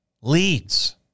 leads